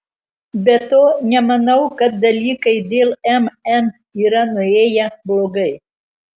be to nemanau kad dalykai dėl mn yra nuėję blogai